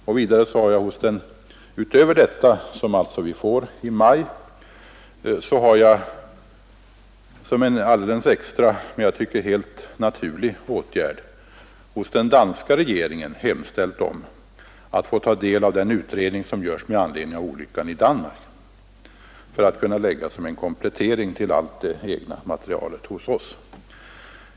Utöver detta — det är alltså förslag som vi får i maj — har jag som en alldeles extra och som jag tycker helt naturlig åtgärd hos den danska regeringen hemställt att få ta del av den utredning som görs med anledning av olyckan i Danmark, för att kunna lägga det materialet som en komplettering till allt det egna materialet hos oss.